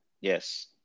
Yes